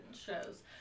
shows